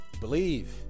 believe